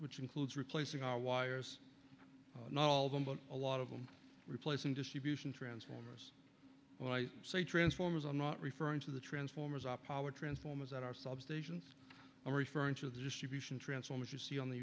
which includes replacing our wires not all of them but a lot of them replacing distribution transformers when i say transformers i'm not referring to the transformers up our transformers that are substations i'm referring to the distribution transformers you see on the